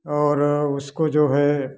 और उसको जो है